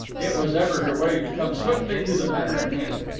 it was ever her way to come swiftly to the matter in hand.